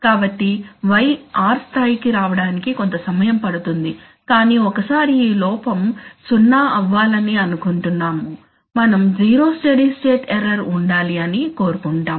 కాబట్టి y r స్థాయికి రావడానికి కొంత సమయం పడుతుంది కానీ ఒకసారి ఈ లోపం 0 అవ్వాలని అనుకుంటున్నాము మనం జీరో స్టెడీ స్టేట్ ఎర్రర్ ఉండాలి అని కోరుకుంటాం